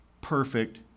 perfect